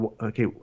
okay